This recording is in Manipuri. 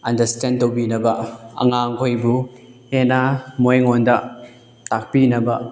ꯑꯟꯗ꯭ꯔꯁꯇꯦꯟ ꯇꯧꯕꯤꯅꯕ ꯑꯉꯥꯡ ꯈꯣꯏꯕꯨ ꯍꯦꯟꯅ ꯃꯣꯏꯉꯣꯟꯗ ꯇꯥꯛꯄꯤꯅꯕ